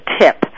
tip